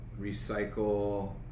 recycle